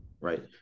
right